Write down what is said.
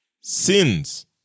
sins